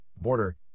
border